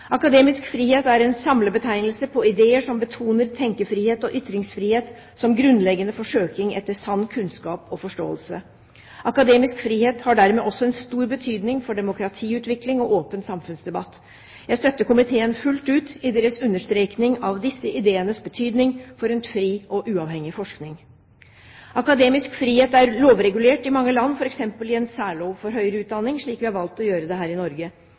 Akademisk frihet er en samlebetegnelse på ideer som betoner tenkefrihet og ytringsfrihet som grunnleggende for søking etter sann kunnskap og forståelse. Akademisk frihet har dermed også en stor betydning for demokratiutvikling og åpen samfunnsdebatt. Jeg støtter komiteen fullt ut i deres understrekning av disse ideenes betydning for en fri og uavhengig forskning. Akademisk frihet er lovregulert i mange land, f.eks. i en særlov for høyere utdanning, slik vi har valgt å gjøre det her i Norge.